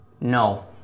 no